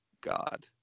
God